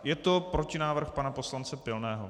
Je to protinávrh pana poslance Pilného.